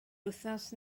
wythnos